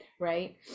right